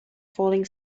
falling